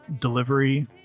delivery